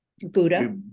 Buddha